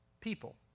people